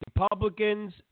Republicans